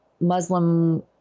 Muslim